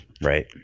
Right